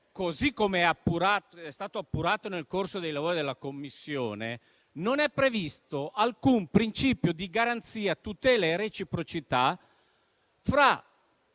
così come è stato appurato nel corso dei lavori della Commissione, non è previsto alcun principio di garanzia, tutela e reciprocità fra